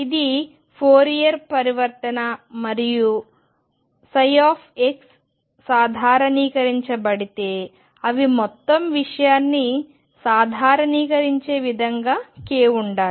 ఇది ఫోరియర్ పరివర్తన మరియు ψ సాధారణీకరించబడితే అవి మొత్తం విషయాన్ని సాధారణీకరించే విధంగా k ఉండాలి